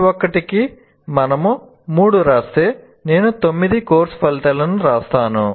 ప్రతి ఒక్కటికి మనము మూడు వ్రాస్తే నేను తొమ్మిది కోర్సు ఫలితాలను వ్రాస్తాను